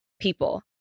people